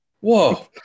Whoa